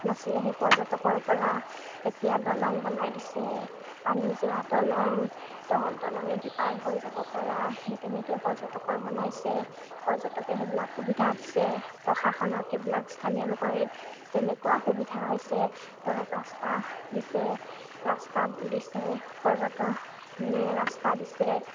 নাছিলে সেই পৰ্যটকৰ পৰা এতিয়া দলং বনাই দিছে পানী যোৱা দলং দ দলঙেদি পাৰ হৈ যাব পৰা সেই তেনেকৈ পৰ্যটকৰ বনাইছে পৰ্যটকে সেইবিলাক সুবিধা দিছে প্ৰশাসনক সেইবিলাক স্থানীয় লোকৰ তেনেকুৱা সুবিধা হৈছে ধৰক ৰাস্তা দিছে ৰাস্তা দিছে পৰ্যটনে ৰাস্তা দিছে